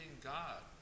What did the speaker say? God